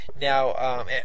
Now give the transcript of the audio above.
Now